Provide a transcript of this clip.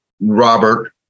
Robert